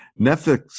Netflix